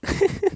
hehe